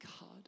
God